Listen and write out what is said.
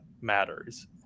matters